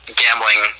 gambling